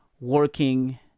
working